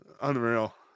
unreal